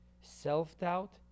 self-doubt